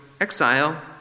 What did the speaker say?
exile